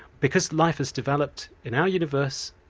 because life has developed in our universe,